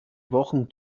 wochen